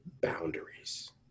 boundaries